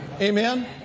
Amen